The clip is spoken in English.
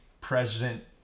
President